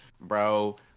bro